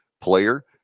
player